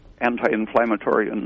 anti-inflammatory